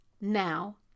now